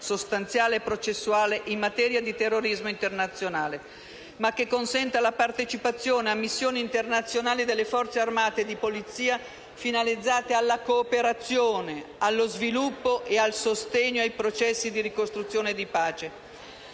sostanziale e processuale in materia di terrorismo internazionale, ma consenta la partecipazione a missioni internazionali delle Forze armate e di polizia finalizzate alla cooperazione, allo sviluppo e al sostegno ai processi di ricostruzione e di pace.